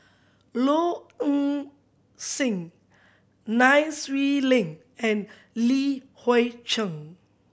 Low Eng Sing Nai Swee Leng and Li Hui Cheng